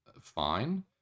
fine